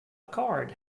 card